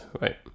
right